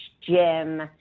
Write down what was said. gym